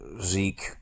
Zeke